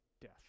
death